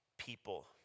people